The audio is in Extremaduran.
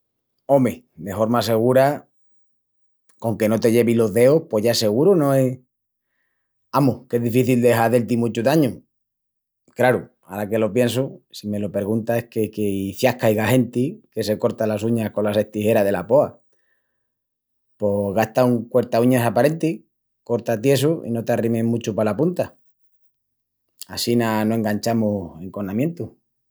Ome, de horma segura, con que no te llevis los deus pos ya es seguru, no es? Amus, qu'es difici de hazel-ti muchu dañu. Craru, ara que lo piensu, si me lo perguntas es que quiciás qu'aiga genti que se corta las uñas colas estijeras dela poa. Pos gasta un cuertauñas aparenti, corta tiesu i no t'arrimis muchu pala punta. Assina no enganchamus enconamientus.